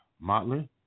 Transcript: Motley